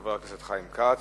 חבר הכנסת חיים כץ.